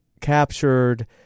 Captured